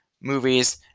movies